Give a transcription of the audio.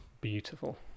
Beautiful